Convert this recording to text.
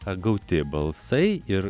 atgauti balsai ir